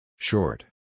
Short